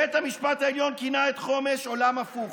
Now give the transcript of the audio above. בית המשפט העליון כינה את חומש "עולם הפוך".